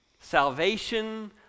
Salvation